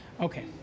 Okay